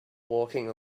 walking